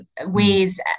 ways